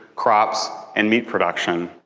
crops, and meat production.